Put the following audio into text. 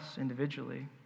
individually